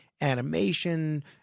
animation